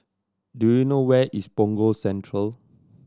do you know where is Punggol Central